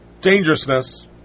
dangerousness